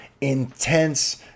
intense